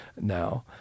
now